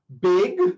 big